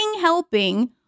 helping